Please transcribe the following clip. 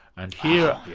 and here,